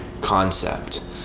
concept